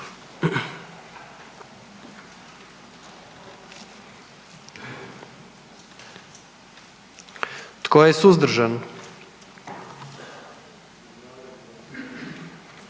Tko je suzdržan?